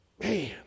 man